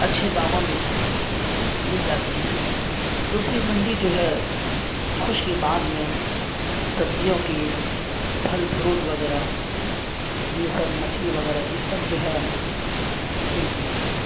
اچھے داموں میں مل جاتی ہیں دوسری منڈی جو ہے خوش کی باغ میں سبزیوں کی پھل پھروٹ وغیرہ یہ سب مچھلی وغیرہ یہ سب جو ہے ملتی ہیں